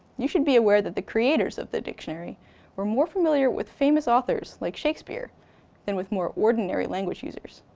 you should be aware that the creators of the dictionary were more familiar with famous authors like shakespeare than with more ordinary language users.